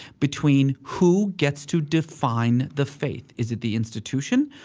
between who gets to define the faith. is it the institution?